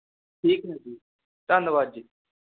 ਠੀਕ ਹੈ ਜੀ ਧੰਨਵਾਦ ਜੀ